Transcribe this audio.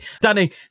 Danny